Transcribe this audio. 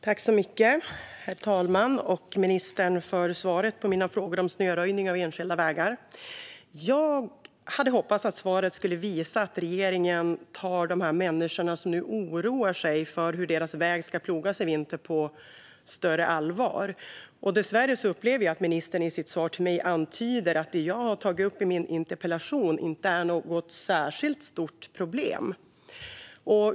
Herr talman! Tack, ministern, för svaret på mina frågor om snöröjning av enskilda vägar! Jag hade hoppats att svaret skulle visa att regeringen tar de människor som nu oroar sig för hur deras väg ska plogas i vinter på större allvar. Dessvärre upplever jag att ministern i sitt svar till mig antyder att det jag har tagit upp i min interpellation inte är något särskilt stort problem.